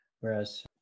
whereas